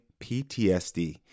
PTSD